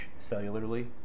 cellularly